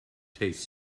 taste